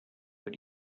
but